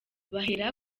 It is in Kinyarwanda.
bahera